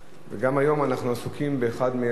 וגם היום אנחנו עסוקים באחת מהצעות